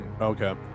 Okay